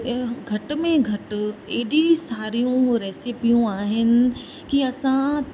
घटि में घटि एॾी सारियूं रेसिपियूं आहिनि कि असां